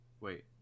Wait